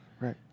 Right